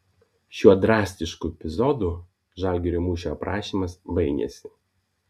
šiuo drastišku epizodu žalgirio mūšio aprašymas baigiasi